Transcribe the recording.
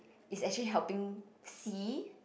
is actually helping C